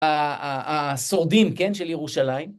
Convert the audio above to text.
השורדים, כן? של ירושלים.